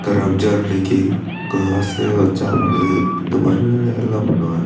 ரம்ஜான் அன்னைக்கி இப்போ அசைவம் சாப்பிட்றது இந்த மாதிரி வேலைகள்லாம் பண்ணுவேன்